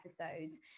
episodes